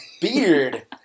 beard